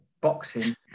boxing